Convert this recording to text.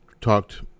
talked